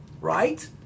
right